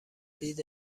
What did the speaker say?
دید